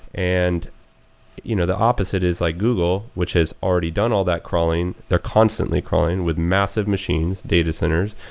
and you know the opposite is like google which has already done all that crawling. they're constantly crawling with massive machines, data centers.